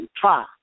Try